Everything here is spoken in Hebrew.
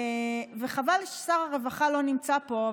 חבל ששר הרווחה לא נמצא פה.